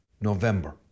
November